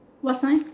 what sign